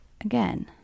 again